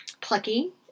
plucky